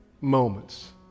moments